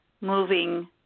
moving